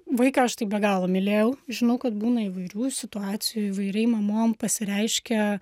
vaiką aš tai be galo mylėjau žinau kad būna įvairių situacijų įvairiai mamom pasireiškia